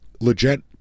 Legit